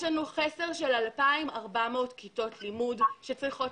יש לנו חסר של 2,400 כיתות לימוד שצריכות